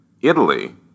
Italy